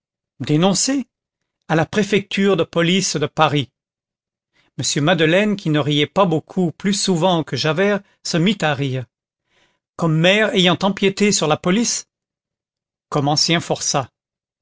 dénoncé dénoncé à la préfecture de police de paris m madeleine qui ne riait pas beaucoup plus souvent que javert se mit à rire comme maire ayant empiété sur la police comme ancien forçat